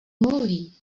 mluví